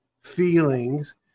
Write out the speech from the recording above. feelings